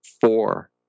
four